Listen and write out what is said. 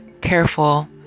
careful